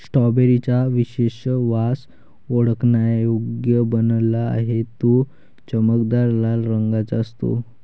strawberry चा विशेष वास ओळखण्यायोग्य बनला आहे, तो चमकदार लाल रंगाचा असतो